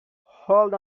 hold